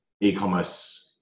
e-commerce